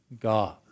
God